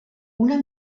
una